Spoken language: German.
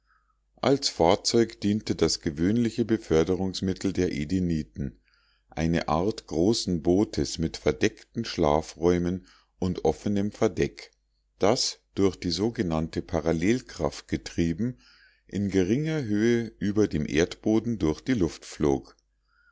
als fahrzeug diente das gewöhnliche beförderungsmittel der edeniten eine art großen bootes mit verdeckten schlafräumen und offenem verdeck das durch die sogenannte parallelkraft getrieben in geringer höhe über dem erdboden durch die luft flog